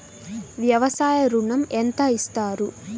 వ్యవసాయ ఋణం ఎంత ఇస్తారు?